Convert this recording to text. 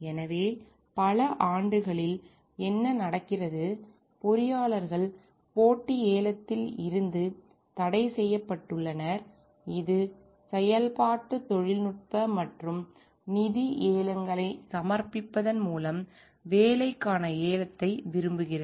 எனவே பல ஆண்டுகளில் என்ன நடக்கிறது பொறியாளர்கள் போட்டி ஏலத்தில் இருந்து தடை செய்யப்பட்டுள்ளனர் இது செயல்பாட்டு தொழில்நுட்ப மற்றும் நிதி ஏலங்களைச் சமர்ப்பிப்பதன் மூலம் வேலைக்கான ஏலத்தை விரும்புகிறது